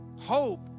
hope